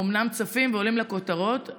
אומנם צפים ועולים לכותרות,